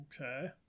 okay